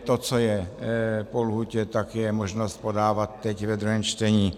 To, co je po lhůtě, tak je možnost podávat teď ve druhém čtení.